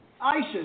ISIS